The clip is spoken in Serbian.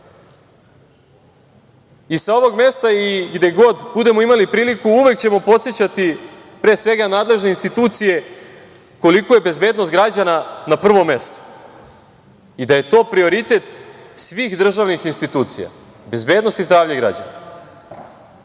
sa ovog mesta i gde god budemo imali priliku uvek ćemo podsećati, pre svega nadležne institucije koliko je bezbednost građana na prvom mestu i da je to prioritet svih državnih institucija, bezbednost i zdravlje građana. Zato